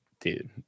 dude